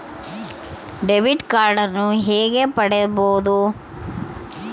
Debit ಕಾರ್ಡನ್ನು ಹೇಗೆ ಪಡಿಬೋದು?